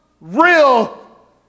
real